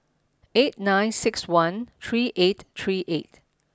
eight nine six one three eight three eight